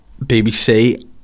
BBC